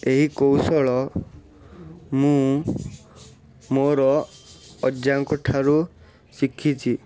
ଏହି କୌଶଳ ମୁଁ ମୋର ଅଜାଙ୍କ ଠାରୁ ଶିଖିଛି